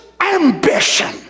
ambition